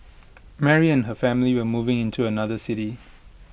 Mary and her family were moving in to another city